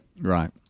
Right